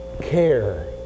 care